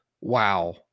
Wow